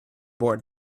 board